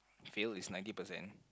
fail is ninety percent